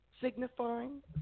signifying